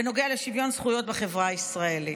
בנוגע לשוויון זכויות בחברה הישראלית.